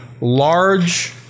large